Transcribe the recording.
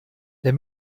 der